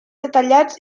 detallats